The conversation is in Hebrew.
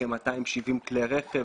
כ-270 כלי רכב.